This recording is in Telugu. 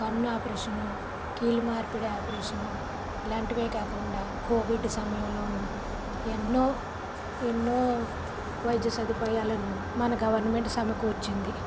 కన్ను ఆపరేషను కీలు మార్పిడి ఆపరేషను ఇలాంటివే కాకుండా కోవిడ్ సమయంలోనూ ఎన్నో ఎన్నో వైద్య సదుపాయాలను మన గవర్నమెంట్ సమకూర్చింది